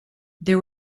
there